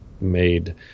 made